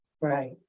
Right